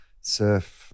Surf